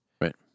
Right